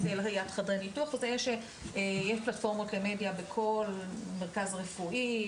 אם זה ליד חדרי ניתוח תהיה פלטפורמות למדיה בכל מרכז רפואי,